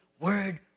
word